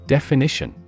Definition